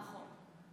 נכון.